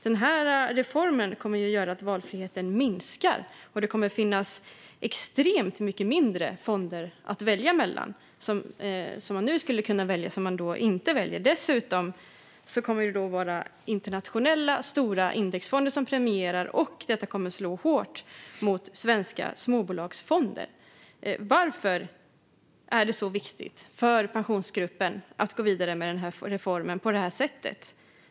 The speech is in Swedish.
Denna reform kommer att göra att valfriheten minskar och att det kommer att finnas extremt mycket färre fonder än nu att välja mellan. Dessutom kommer det att vara stora internationella indexfonder som premieras, och detta kommer att slå hårt mot svenska småbolagsfonder. Varför är det så viktigt för Pensionsgruppen att gå vidare med denna reform på detta sätt?